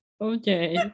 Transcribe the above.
Okay